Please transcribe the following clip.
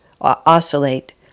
oscillate